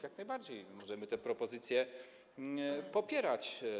Jak najbardziej możemy te propozycje popierać.